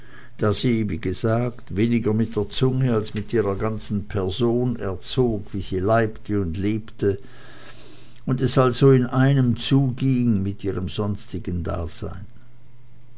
da sie wie gesagt weniger mit der zunge als mit ihrer ganzen person erzog wie sie leibte und lebte und es also in einem zu ging mit ihrem sonstigen dasein